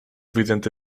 vidente